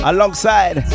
Alongside